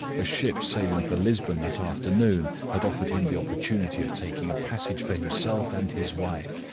a ship sailing for lisbon that afternoon had offered him the opportunity of taking a passage for himself and his wife,